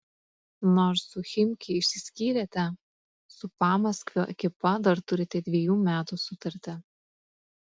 nors su chimki išsiskyrėte su pamaskvio ekipa dar turite dvejų metų sutartį